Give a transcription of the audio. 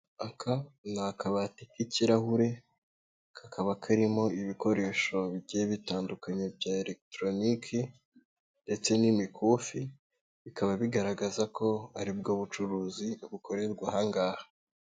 Aka ni akabati k'ikirahure, kakaba karimo ibikoresho bigiye bitandukanye bya elegitoronike ndetse n'imikufi, bikaba bigaragaza ko ari bwo bucuruzi bukorerwa aha ngaha.